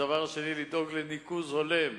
הדבר השני הוא לדאוג לניקוז הולם.